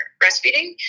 breastfeeding